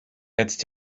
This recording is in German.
jetzt